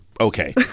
okay